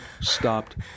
stopped